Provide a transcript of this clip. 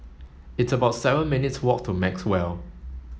it's about seven minutes' walk to Maxwell